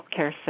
healthcare